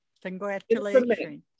Congratulations